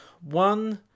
one